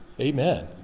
Amen